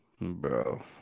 bro